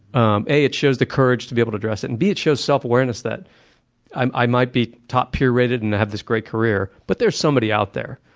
um a. it shows the courage to be able to address it, and b. it shows self awareness that i might be top peer-rated and have this great career, but there's somebody out there.